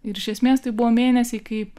ir iš esmės tai buvo mėnesiai kai